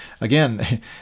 Again